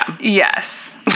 Yes